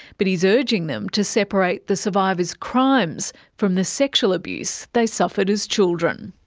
but he's urging them to separate the survivor's crimes from the sexual abuse they suffered as children.